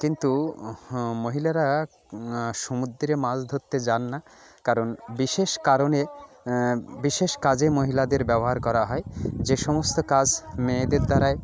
কিন্তু মহিলারা সমুদ্রে মাছ ধরতে যান না কারণ বিশেষ কারণে বিশেষ কাজে মহিলাদের ব্যবহার করা হয় যে সমস্ত কাজ মেয়েদের দ্বারায়